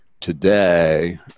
today